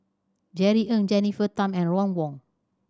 Jerry Ng Jennifer Tham and Ron Wong